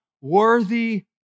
worthy